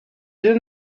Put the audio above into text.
deux